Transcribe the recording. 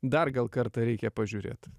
dar gal kartą reikia pažiūrėt